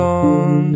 on